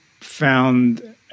found